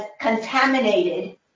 contaminated